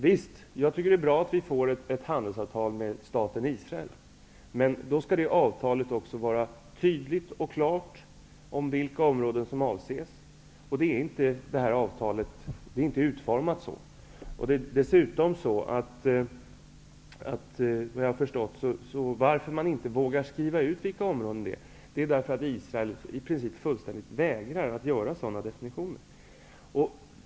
Jag tycker att det är bra att vi får ett handelsavtal med staten Israel, men då skall det också vara tydligt och klart vad gäller vilka områden som avses, och detta avtal är inte utformat så. Såvitt jag har förstått är dessutom anledningen till att man inte vågar skriva ut vilka områden som avses att Israel i princip fullständigt vägrar att göra några sådana definitioner.